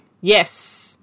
yes